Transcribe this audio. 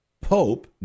Pope